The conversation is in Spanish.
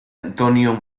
antonio